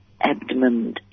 abdomen